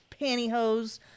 pantyhose